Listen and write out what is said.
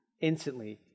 instantly